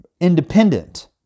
Independent